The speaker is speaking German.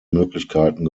möglichkeiten